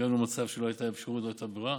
הגענו למצב שלא הייתה אפשרות ולא הייתה ברירה.